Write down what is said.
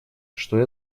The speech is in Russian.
что